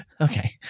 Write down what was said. Okay